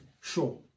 sure